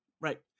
right